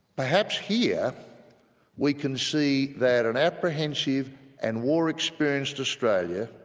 perhaps here we can see that an apprehensive and war experienced australia,